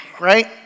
right